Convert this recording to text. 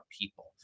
people